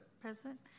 present